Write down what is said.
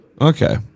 Okay